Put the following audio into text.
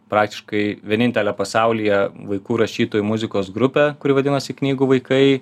praktiškai vienintelę pasaulyje vaikų rašytojų muzikos grupę kuri vadinasi knygų vaikai